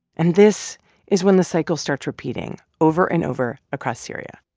and this is when the cycle starts repeating over and over across syria.